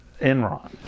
Enron